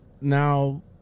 Now